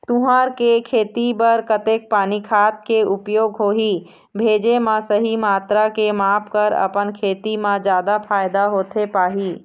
तुंहर के खेती बर कतेक पानी खाद के उपयोग होही भेजे मा सही मात्रा के माप कर अपन खेती मा जादा फायदा होथे पाही?